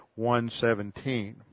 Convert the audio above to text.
1:17